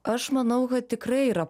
aš manau kad tikrai yra